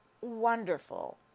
wonderful